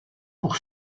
pour